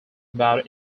about